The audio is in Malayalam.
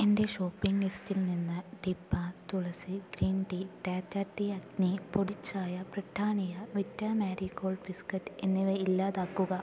എന്റെ ഷോപ്പിംഗ് ലിസ്റ്റിൽ നിന്ന് ഡിബ്ബാ Tulsi green tea Tata tea Agni പൊടി ചായ ബ്രിട്ടാനിയ വിറ്റാ മാരിഗോൾഡ് ബിസ്ക്കറ്റ് എന്നിവ ഇല്ലാതാക്കുക